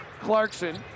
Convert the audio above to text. Clarkson